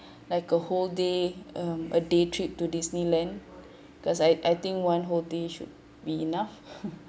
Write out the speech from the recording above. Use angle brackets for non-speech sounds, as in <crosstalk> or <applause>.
<breath> like a whole day um a day trip to disneyland cause I I think one whole day should be enough <laughs>